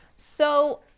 so,